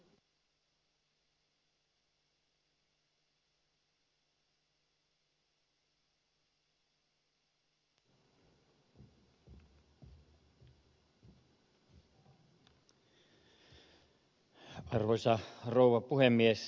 arvoisa rouva puhemies